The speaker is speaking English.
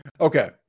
Okay